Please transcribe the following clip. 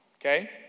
Okay